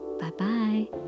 Bye-bye